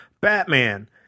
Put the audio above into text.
Batman